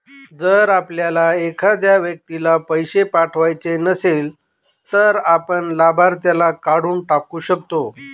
जर आपल्याला एखाद्या व्यक्तीला पैसे पाठवायचे नसेल, तर आपण लाभार्थीला काढून टाकू शकतो